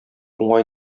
уңай